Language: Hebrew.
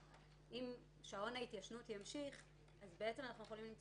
אם שעון ההתיישנות ימשיך אז בעצם אנחנו יכולים למצוא